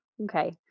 Okay